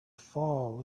fall